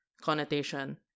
connotation